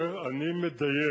אני חוזר, אני מדייק: